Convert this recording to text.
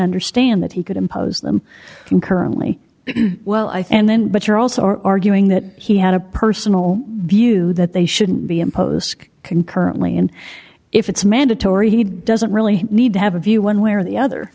understand that he could impose them concurrently well i think and then but you're also arguing that he had a personal view that they shouldn't be imposed concurrently and if it's mandatory he doesn't really need to have a view one way or the other